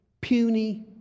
Puny